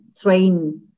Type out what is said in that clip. train